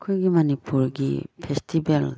ꯑꯩꯈꯣꯏꯒꯤ ꯃꯅꯤꯄꯨꯔꯒꯤ ꯐꯦꯁꯇꯤꯕꯦꯜ